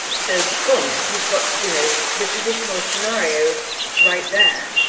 so, boom, you've got, you know, the traditional scenario right there.